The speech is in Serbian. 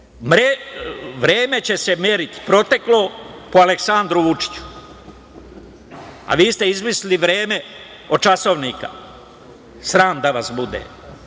vreme će se meriti po Aleksandru Vučiću, a vi ste izmislili vreme od časovnika. Sram da vas bude.